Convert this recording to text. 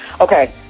okay